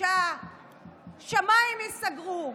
כשהשמיים ייסגרו,